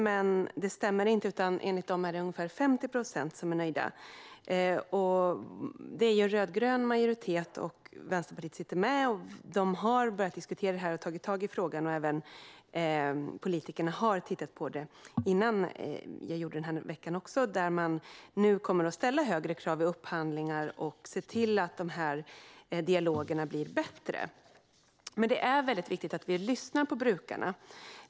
Men det stämmer inte. Enligt Funktionsrätt är det ungefär 50 procent som är nöjda. I Uppsala är det en rödgrön majoritet och Vänsterpartiet sitter med. De har börjat diskutera detta och tagit tag i frågan. Politikerna har tittat på detta även innan jag anordnade denna närdemokrativecka. Nu kommer man att ställa högre krav vid upphandlingar och se till att dessa dialoger blir bättre. Men det är mycket viktigt att vi lyssnar på brukarna.